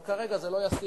אבל כרגע זה לא ישים,